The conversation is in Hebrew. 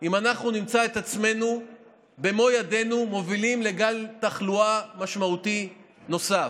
אם אנחנו נמצא את עצמנו במו ידינו מובילים לגל תחלואה משמעותי נוסף.